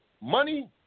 money